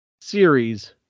series